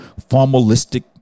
formalistic